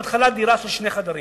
בהתחלה דירה של שני חדרים,